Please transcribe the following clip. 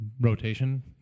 rotation